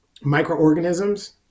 microorganisms